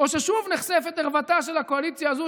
או ששוב נחשפת ערוותה של הקואליציה הזו